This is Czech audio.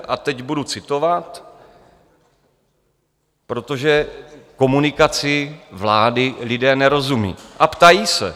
A teď budu citovat, protože komunikaci vlády lidé nerozumí a ptají se: